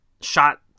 shot